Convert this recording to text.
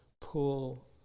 pull